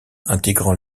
intégrant